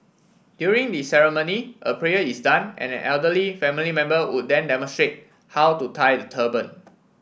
during the ceremony a prayer is done and an elderly family member would then demonstrate how to tie the turban